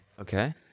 okay